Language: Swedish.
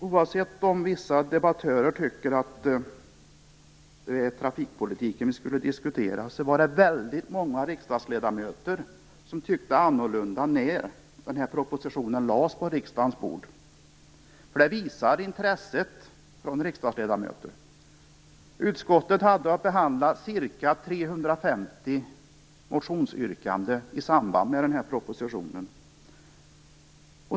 Oavsett om vissa debattörer tycker att det är trafikpolitiken som vi skall diskutera, var det väldigt många riksdagsledamöter som tyckte annorlunda när propositionen lades på riksdagens bord, för det visar intresset från riksdagsledamöter. Utskottet hade att behandla ca 350 motionsyrkanden i samband med propositionen.